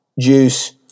juice